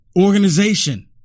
organization